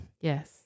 Yes